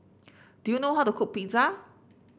do you know how to cook Pizza